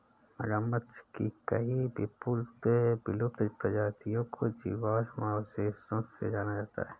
मगरमच्छ की कई विलुप्त प्रजातियों को जीवाश्म अवशेषों से जाना जाता है